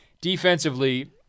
defensively